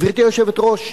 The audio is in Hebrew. גברתי היושבת-ראש,